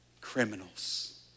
criminals